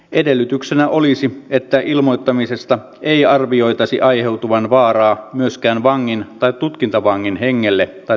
edellytyksenä olisi että ilmoittamisesta ei arvioitaisi aiheutuvan vaaraa myöskään vangin tai tutkintavangin hengelle tai terveydelle